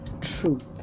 truth